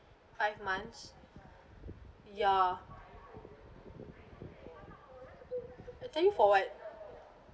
five months ya I think for what